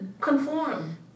conform